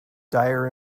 dire